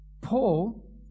Paul